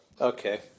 Okay